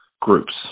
groups